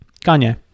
Kanye